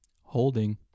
Holding